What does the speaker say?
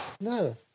No